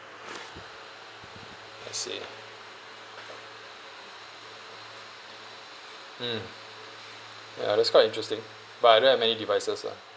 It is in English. I see mm ya that's quite interesting but I don't have many devices lah